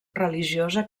religiosa